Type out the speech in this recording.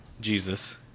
Jesus